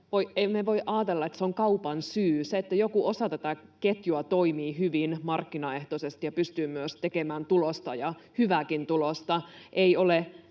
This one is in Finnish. emme voi ajatella, että on kaupan syytä se, että joku osa tätä ketjua toimii hyvin markkinaehtoisesti ja pystyy myös tekemään tulosta ja hyvääkin tulosta. Ei ole